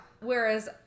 Whereas